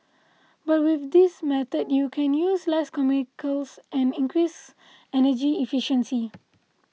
but with this method you can use less chemicals and increase energy efficiency